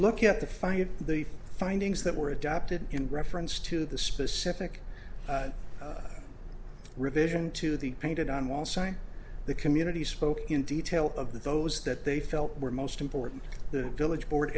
look at the five the findings that were adopted in reference to the specific revision to the painted on wall sign the community spoke in detail of those that they felt were most important the village board